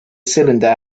cylinder